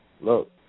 Look